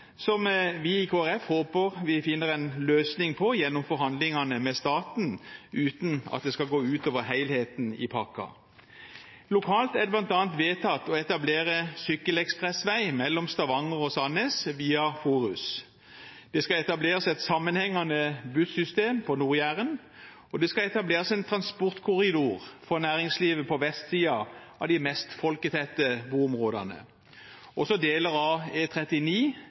som vi i Kristelig Folkeparti håper vi finner en løsning på gjennom forhandlingene med staten, uten at det skal gå ut over helheten i pakken. Lokalt er det bl.a. vedtatt å etablere sykkelekspressvei mellom Stavanger og Sandnes via Forus. Det skal etableres et sammenhengende buss-system på Nord-Jæren, og det skal etableres en transportkorridor for næringslivet på vestsiden av de mest folketette boområdene. Også deler av E39 skal utbedres. Kristelig Folkeparti mener det er